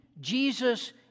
Jesus